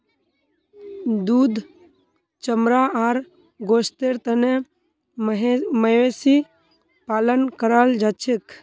दूध चमड़ा आर गोस्तेर तने मवेशी पालन कराल जाछेक